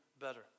better